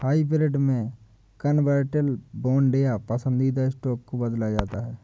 hybrid में convertible bond या पसंदीदा स्टॉक को बदला जाता है